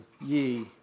ye